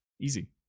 Easy